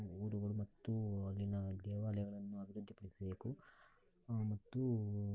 ಊರುಗಳು ಮತ್ತು ಅಲ್ಲಿನ ದೇವಾಲಯಗಳನ್ನು ಅಭಿವೃದ್ಧಿ ಪಡಿಸಬೇಕು ಮತ್ತು